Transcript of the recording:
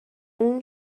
اون